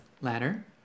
ladder